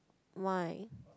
why